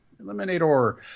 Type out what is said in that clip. eliminator